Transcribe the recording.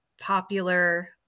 popular